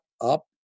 up